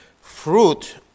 fruit